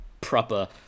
proper